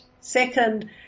second